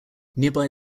nearby